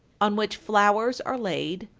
on which flowers are laid,